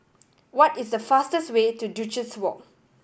what is the fastest way to Duchess Walk